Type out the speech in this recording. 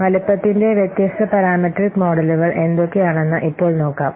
വലുപ്പത്തിന്റെ വ്യത്യസ്ത പാരാമെട്രിക് മോഡലുകൾ എന്തൊക്കെയാണെന്ന് ഇപ്പോൾ നോക്കാം